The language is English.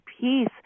peace